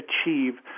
achieve